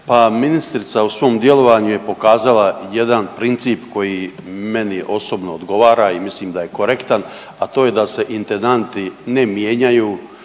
ministrica u svom djelovanju je pokazala jedan princip koji meni osobno odgovara i mislim da je korektan, a to je da se intendanti ne mijenjaju